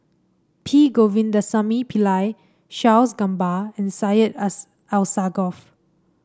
P Govindasamy Pillai Charles Gamba and Syed Alsagoff